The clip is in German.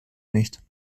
nicht